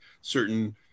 certain